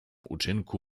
uczynku